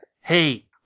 Hey